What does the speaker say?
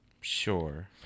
Sure